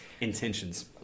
Intentions